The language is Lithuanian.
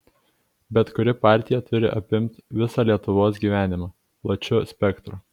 bet kuri partija turi apimt visą lietuvos gyvenimą plačiu spektru